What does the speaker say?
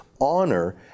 honor